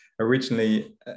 Originally